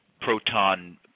proton